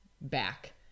back